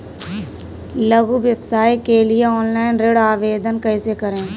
लघु व्यवसाय के लिए ऑनलाइन ऋण आवेदन कैसे करें?